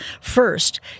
first